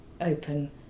open